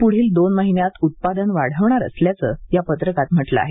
पूढील दोन महिन्यांत उत्पादन वाढवणार असल्याचं या पत्रकात म्हटलं आहे